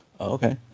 okay